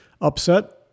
Upset